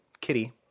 Kitty